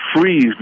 freeze